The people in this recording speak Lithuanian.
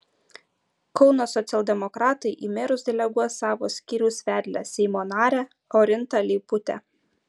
kauno socialdemokratai į merus deleguos savo skyriaus vedlę seimo narę orintą leiputę